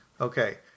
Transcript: Okay